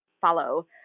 follow